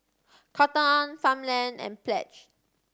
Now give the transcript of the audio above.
Cotton On Farmland and Pledge